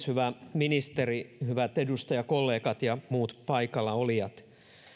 hyvä ministeri hyvät edustajakollegat ja muut paikalla olijat